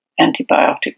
antibiotic